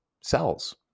cells